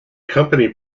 company